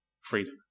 freedom